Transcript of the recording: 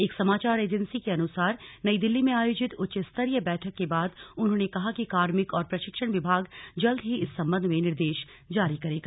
एक समाचार एजेंसी के अनुसार नई दिल्ली में आयोजित उच्च स्तरीय बैठक के बाद उन्होंने कहा कि कार्मिक और प्रशिक्षण विभाग जल्द ही इस संबंध में निर्देश जारी करेगा